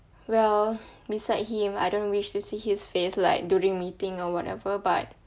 well beside him I don't wish to see his face like during meeting or whatever but